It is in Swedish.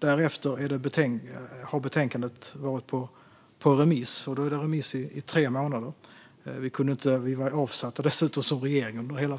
Därefter har betänkandet varit ute på remiss i tre månader. Regeringen var avsatt under hela